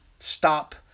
stop